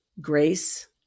grace